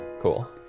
Cool